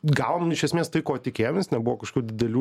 gavom iš esmės tai ko tikėjomės nebuvo kažkokių didelių